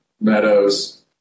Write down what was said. Meadows